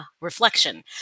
Reflection